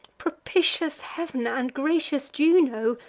propitious heav'n, and gracious juno,